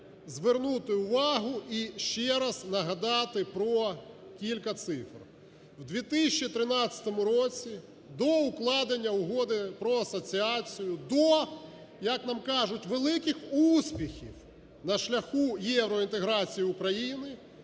звернути увагу і ще раз нагадати про кілька цифр. В 2013 році до укладення Угоди про асоціацію, до, як нам кажуть, великих успіхів на шляху євроінтеграції України,